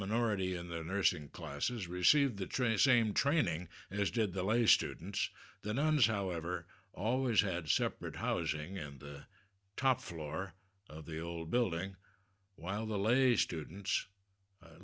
minority in the nursing classes received the train same training as did the lays students the nuns however always had separate housing and the top floor of the old building while the lady students